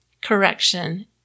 correction